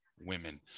women